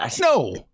no